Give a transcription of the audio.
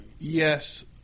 Yes